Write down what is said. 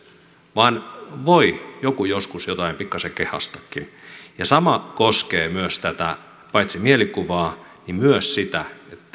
vaan voi joku joskus jotain pikkaisen kehaistakin sama koskee myös paitsi tätä mielikuvaa myös sitä